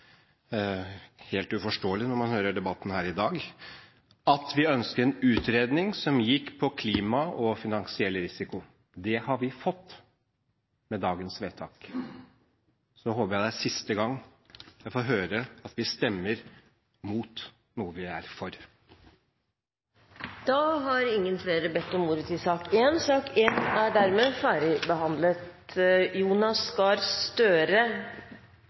helt uforståelig når man hører debatten her i dag – om at vi ønsket en utredning som gikk på klima og finansiell risiko. Det har vi fått med dagens vedtak. Så håper jeg det er siste gang vi får høre at vi stemmer imot noe vi er for. Jeg vil bare få lov til å si til